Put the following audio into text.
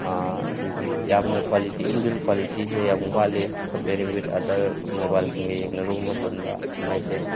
ꯑꯩꯈꯣꯏꯒꯤ ꯌꯥꯝꯅ quality in build ꯀ꯭ꯋꯥꯂꯤꯇꯤꯁꯤ ꯌꯥꯝ ꯋꯥꯠꯂꯤ ꯀꯝꯄꯤꯌꯔꯤꯡ ꯋꯤꯠ ꯑꯗꯔ ꯃꯣꯕꯥꯏꯜꯁꯤꯡꯒ ꯌꯦꯡꯅꯔꯨꯕ ꯃꯇꯝꯗ ꯑꯦꯝ ꯑꯥꯏꯁꯦ